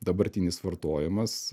dabartinis vartojimas